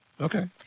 Okay